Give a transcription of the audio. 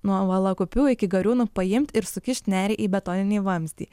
nuo valakupių iki gariūnų paimt ir sukišti nerį į betoninį vamzdį